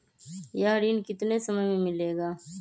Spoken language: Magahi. यह ऋण कितने समय मे मिलेगा?